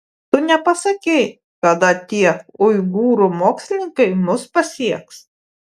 tu nepasakei kada tie uigūrų mokslininkai mus pasieks